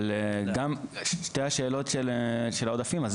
אבל גם שתי השאלות של העודפים,